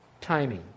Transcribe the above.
timing